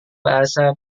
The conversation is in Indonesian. bahasa